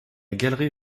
galerie